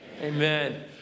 Amen